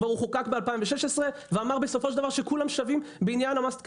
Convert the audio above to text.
הוא כבר חוקק ב-2016 ואמר שכולם שווים בעניין ה-must carry.